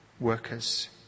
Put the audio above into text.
Workers